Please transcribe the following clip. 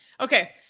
okay